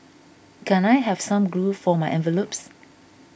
can I have some glue for my envelopes